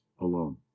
alone